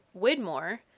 Widmore